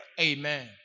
Amen